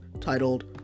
titled